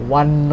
one